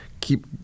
keep